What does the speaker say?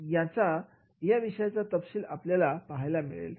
या विषयाचा तपशील आपल्याला मिळेल